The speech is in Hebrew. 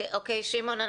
שמעון,